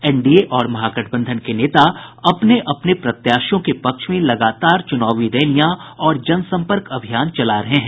NDA और महागठबंधन के नेता अपने अपने प्रत्याशियों के पक्ष में लगातार चुनावी रैलियां और जनसंपर्क अभियान चला रहे हैं